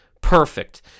perfect